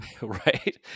right